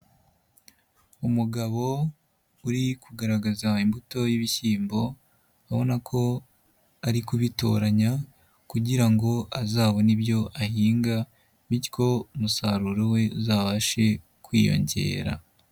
Umugabo uri kugaragaza imbuto y'ibishyimbo ubona ko ari kubitoranya kugira ngo azabone ibyo ahinga bityo umusaruro we uzabashe kwiyongera.